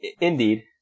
Indeed